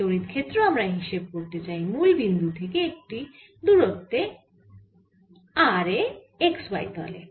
এই তড়িৎ ক্ষেত্র আমরা হিসেব করতে চাই মুল বিন্দু থেকে একটি দূরত্ব r এ x y তলে